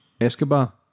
Escobar